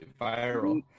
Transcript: viral